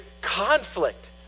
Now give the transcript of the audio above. conflict